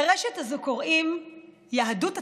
לרשת הזאת קוראים יהדות התפוצות.